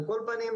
על כל פנים,